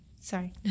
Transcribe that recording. Sorry